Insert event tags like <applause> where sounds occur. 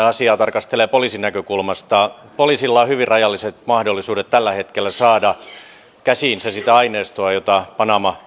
<unintelligible> asiaa tarkastelee poliisin näkökulmasta poliisilla on hyvin rajalliset mahdollisuudet tällä hetkellä saada käsiinsä sitä aineistoa jota panama